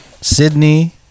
Sydney